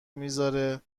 میذاره